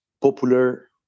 popular